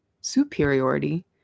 superiority